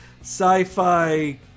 Sci-fi